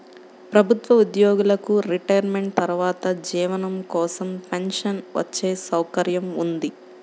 ప్రభుత్వ ఉద్యోగులకు రిటైర్మెంట్ తర్వాత జీవనం కోసం పెన్షన్ వచ్చే సౌకర్యం ఉంది